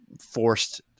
forced